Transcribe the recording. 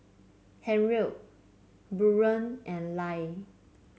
Harriet Buren and Lia